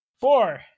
four